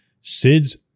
Sid's